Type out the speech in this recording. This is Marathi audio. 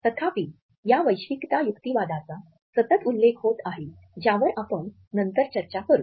तथापि या वैश्विकता युक्तिवादाचा सतत उल्लेख होत आहे ज्यावर आपण नंतर चर्चा करू